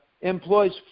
employs